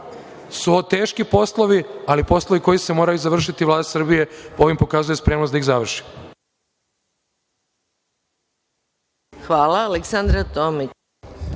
su ovo teški poslovi, ali poslovi koji se moraju završiti. Vlada Srbije ovim pokazuje spremnost da ih završi.